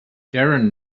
darren